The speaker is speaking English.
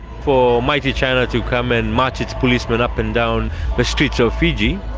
for mighty china to come and march its policemen up and down the streets of fiji,